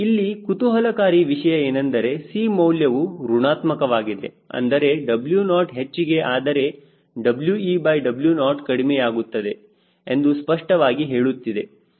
ಇಲ್ಲಿ ಕುತೂಹಲಕಾರಿ ವಿಷಯ ಏನೆಂದರೆ C ಮೌಲ್ಯವು ಋಣಾತ್ಮಕವಾಗಿದೆ ಅಂದರೆ W0 ಹೆಚ್ಚಿಗೆ ಆದರೆ WeW0 ಕಡಿಮೆಯಾಗುತ್ತದೆ ಎಂದು ಸ್ಪಷ್ಟವಾಗಿ ಹೇಳುತ್ತಿದ್ದೆ